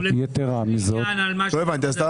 ולגופו של עניין, על מה ששאלנו?